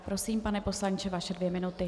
Prosím, pane poslanče, vaše dvě minuty.